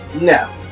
No